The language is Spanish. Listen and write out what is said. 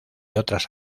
otras